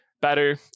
better